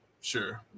sure